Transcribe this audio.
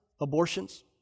abortions